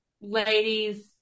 Ladies